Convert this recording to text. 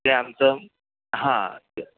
ते आमचं हां ते